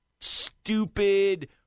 stupid